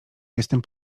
jestem